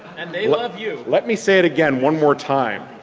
and they love you. let me say it again one more time.